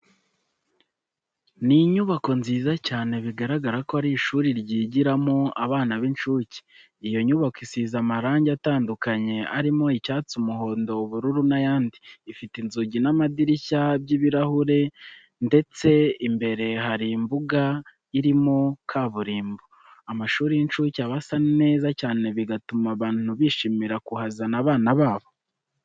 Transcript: Ni inyubako nziza cyane bigaragara ko ari ishuri ryigiramo abana b'incuke. Iyo nyubako isize amarange atandukanye arimo icyatsi, umuhondo, ubururu n'ayandi. Ifite inzugi n'amadirishya by'ibirahure ndetse imbere hari imbuga irimo kaburimbo. Amashuri y'incuke aba asa neza cyane bigatuma abantu bishimira kuhazana abana babo.